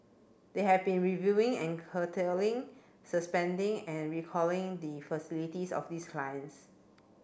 they have been reviewing an curtailing suspending and recalling the facilities of these clients